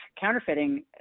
counterfeiting